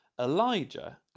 Elijah